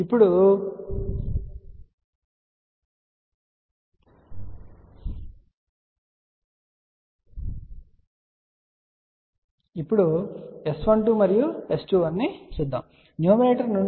ఇప్పుడు S12 మరియు S21 ను చూద్దాం